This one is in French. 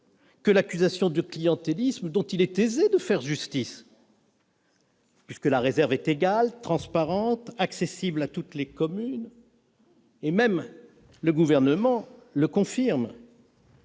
que l'accusation de clientélisme, dont il est aisé de faire justice, puisque la réserve est égale, transparente et accessible à toutes les communes, comme le Gouvernement, lui-même,